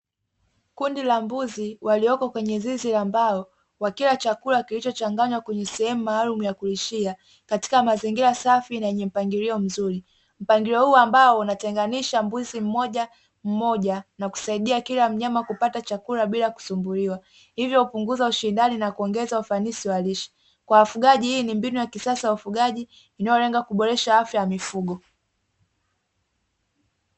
Kundi la mbuzi walioko kwenye zizi la mbao wakila chakula kilichochanganywa kwenye sehemu maalumu ya kulishia, katika mazingira safi na yenye mpangilio mzuri, Mpangilio huo ambao unatenganisha mbuzi mmoja mmoja na kusaidia kila mnyama kupata chakula bila kusumbuliwa, hivyo upunguza ushindani na kuongeza ufanisi wa lishe, kwa wafugaji hii ni mbinu ya kisasa ya ufugaji inayolenga kuboresha afya ya mifugo.